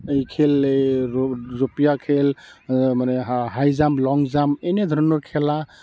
এই খেল এই ৰ' জঁপিওৱা খেল মানে হা হাই জাম্প লং জাম্প এনেধৰণৰ খেলা